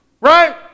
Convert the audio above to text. right